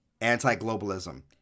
anti-globalism